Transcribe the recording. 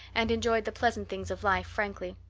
and enjoyed the pleasant things of life frankly.